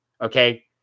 Okay